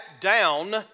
down